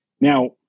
Now